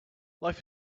life